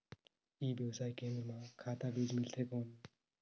ई व्यवसाय केंद्र मां खाद बीजा मिलथे कौन?